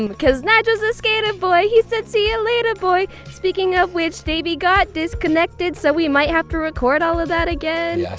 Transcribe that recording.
and because nyge is a skater boy. he said see you later, boy! speaking of which, davey got disconnected, so we might have to record all of that again. i